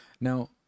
Now